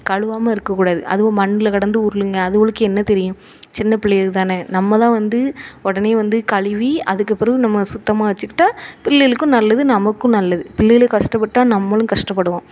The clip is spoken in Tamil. கழுவாம இருக்கக்கூடாது அதுவோ மண்ணில் கிடந்து உருளுதுங்க அதுகளுக்கு என்ன தெரியும் சின்னப்பிள்ளைகள் தானே நம்ம தான் வந்து உடனே வந்து கழுவி அதுக்குப் பெறகு நம்ம சுத்தமாக வைச்சிக்கிட்டா புள்ளைகளுக்கும் நல்லது நமக்கும் நல்லது பிள்ளைகளு கஷ்டப்பட்டால் நம்மளும் கஷ்டப்படுவோம்